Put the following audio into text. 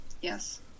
Yes